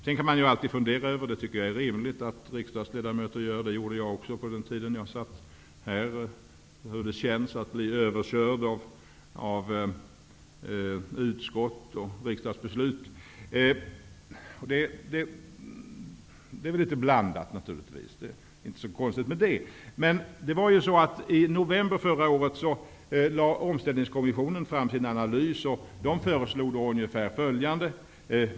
Sedan kan man alltid fundera över det hela och tycka att det känns att man blir överkörd av utskott och riksdagsbeslut. Jag tycker att de är rimligt att riksdagens ledamöter gör det. Jag gjorde det också på den tid jag satt i riksdagen. Det är naturligtvis litet blandade känslor, och det är inte så konstigt med det. Omställningskommissionen fram en analys. Kommissionen föreslog ungefär följande.